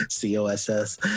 coss